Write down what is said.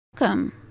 Welcome